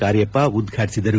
ಕಾರ್ಯಪ್ಪ ಉದ್ಘಾಟಿಸಿದರು